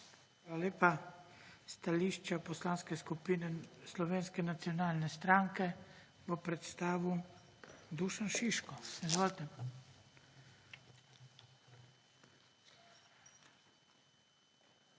lepa. Stališče Polanske skupine Slovenske nacionalne stranke bo predstavil Dušan Šiško. Izvolite.